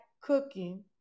cooking